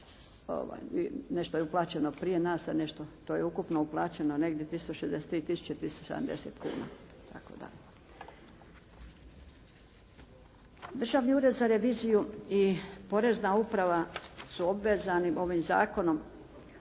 nešto je uplaćeno prije nas, a nešto, to je ukupno uplaćeno negdje 363 tisuće 370 kuna, tako da. Državni ured za reviziju i porezna uprava su obvezani ovim Zakonom